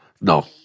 No